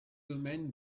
domaine